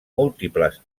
múltiples